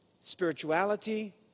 spirituality